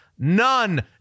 None